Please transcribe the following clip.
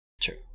True